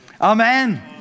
Amen